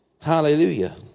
Hallelujah